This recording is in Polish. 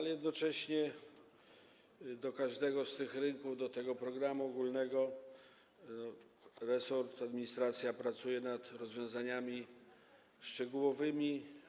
Jednocześnie w przypadku każdego z tych rynków i programu ogólnego resort, administracja pracuje nad rozwiązaniami szczegółowymi.